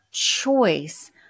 choice